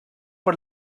per